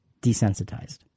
desensitized